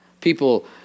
People